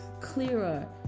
clearer